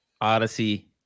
Odyssey